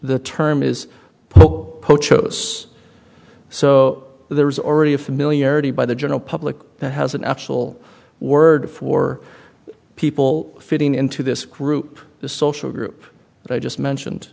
the term is popo chose so there is already a familiarity by the general public that has an actual word for people fitting into this group the social group i just mentioned